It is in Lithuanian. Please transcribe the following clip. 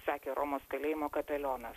sakė romos kalėjimo kapelionas